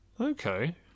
Okay